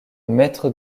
maître